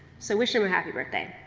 so, wish him a happy birthday.